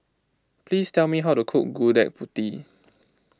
please tell me how to cook Gudeg Putih